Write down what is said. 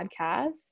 podcast